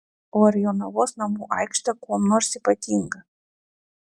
o ar jonavos namų aikštė kuom nors ypatinga